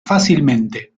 fácilmente